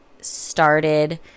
started